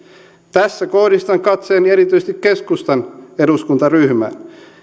tässä kohdistan katseeni erityisesti keskustan eduskuntaryhmään